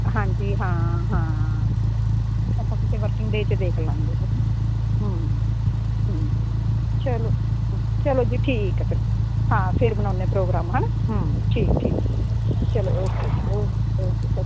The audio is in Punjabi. ਹਾਂਜੀ ਹਾਂ ਹਾਂ ਆਪਾਂ ਕਿਸੇ ਵਰਕਿੰਗ ਡੇ 'ਚ ਦੇਖ ਲਾਂਗੇ ਹਨਾ ਚਲੋ ਚਲੋ ਜੀ ਠੀਕ ਆ ਫਿਰ ਹਾਂ ਫਿਰ ਬਣਾਉਦੇ ਪ੍ਰੋਗਰਾਮ ਹਨਾ ਠੀਕ ਠੀਕ ਚਲੋ ਓਕੇ ਓਕੇ ਸੱ